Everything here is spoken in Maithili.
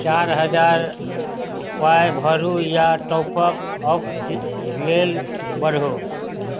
चारि हजार पाइ भरू या टॉपक अप लेल बढ़ू